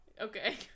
Okay